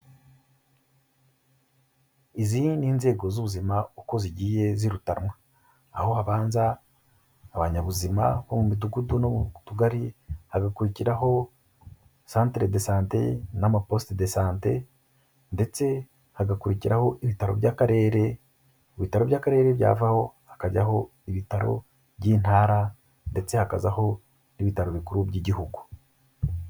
Izi ni nzego z'ubuzima uko zigiye zirutanwa. Aho habanza abanyabuzima bo mu midugudu no mu tugari, habikurigiraho centre de sante n'amaposite de sante ndetse hagakurikiraho ibitaro by'akarere, ibitaro by'akarere byavaho hakajyaho ibitaro by'intara ndetse hakazaho n'ibitaro bikuru by'igihugu.